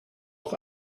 auch